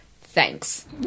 thanks